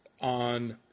on